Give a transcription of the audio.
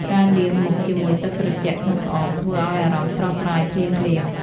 ការលាងមុខជាមួយទឹកត្រជាក់ក្នុងក្អម ធ្វើឱ្យអារម្មណ៍ស្រស់ស្រាយភ្លាមៗ។